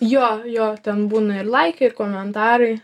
jo jo ten būna ir laikai ir komentarai